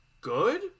good